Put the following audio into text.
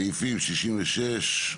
סעיפים 66(3),